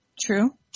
True